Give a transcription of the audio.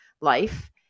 life